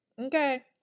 Okay